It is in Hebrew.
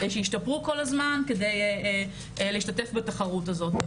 שישתפרו כל הזמן כדי להשתתף בתחרות הזאת.